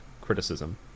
criticism